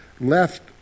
left